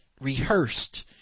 rehearsed